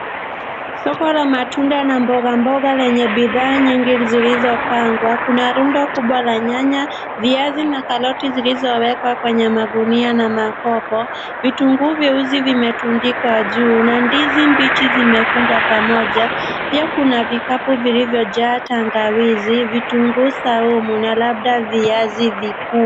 Soko la matunda na mboga mboga lenye bidhaa nyingi zilizopangwa. Kuna rundo kubwa la nyanya, viazi na karoti zilizowekwa kwenye magunia na makopo. Vitunguu viuzi vimetundikwa juu na ndizi mbichi zimefungwa pamoja. Pia kuna vikapu vilivyojaa tangawizi, vitunguu saumu na labda viazi vikuu.